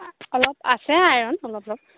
অলপ আছে আইৰণ অলপ অলপ